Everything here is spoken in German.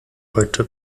heute